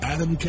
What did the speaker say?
Adam